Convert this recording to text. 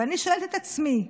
ואני שואלת את עצמי: